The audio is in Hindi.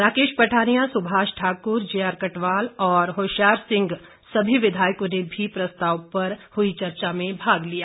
राकेश पठानिया सुभाष ठाकुर जेआरकटवाल और होशियार सिंह ने भी प्रस्ताव पर हुई चर्चा में भाग लिया